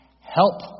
help